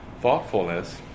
thoughtfulness